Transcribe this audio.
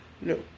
no